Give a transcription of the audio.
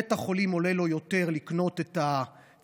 לבית החולים עולה יותר לקנות את הציוד,